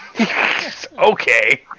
Okay